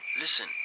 listen